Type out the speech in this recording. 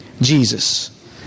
Jesus